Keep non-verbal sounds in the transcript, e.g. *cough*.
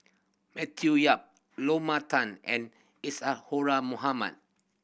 Matthew Yap *unintelligible* Tan and Isadhora Mohamed